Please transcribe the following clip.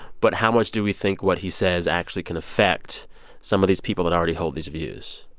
but how much do we think what he says actually can affect some of these people that already hold these views?